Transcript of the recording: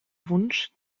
wunsch